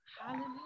Hallelujah